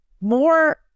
more